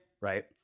right